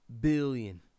billion